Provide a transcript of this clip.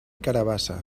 carabassa